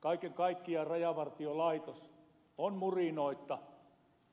kaiken kaikkiaan rajavartiolaitos on murinoitta